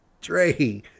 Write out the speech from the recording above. Dre